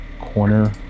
corner